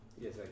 Yes